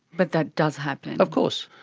but that does happen. of course,